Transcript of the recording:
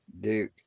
Duke